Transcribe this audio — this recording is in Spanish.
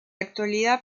actualidad